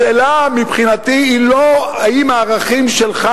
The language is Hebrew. השאלה מבחינתי היא לא האם הערכים שלך,